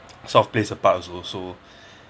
sort of plays a part also so